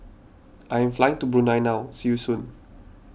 I am flying to Brunei now see you soon